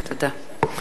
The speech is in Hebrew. תודה.